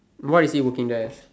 what is he working as